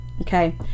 Okay